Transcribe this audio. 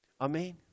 Amen